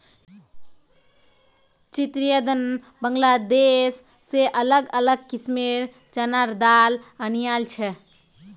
चितरंजन बांग्लादेश से अलग अलग किस्मेंर चनार दाल अनियाइल छे